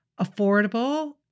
affordable